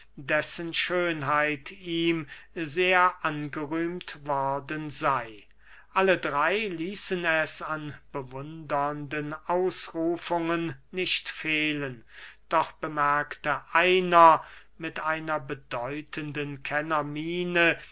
dessen schönheit ihm sehr angerühmt worden sey alle drey ließen es an bewundernden ausrufungen nicht fehlen doch bemerkte einer mit einer bedeutenden kennermiene